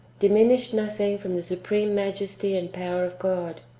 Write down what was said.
diminished nothing from the supreme majesty and power of god,